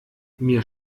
mir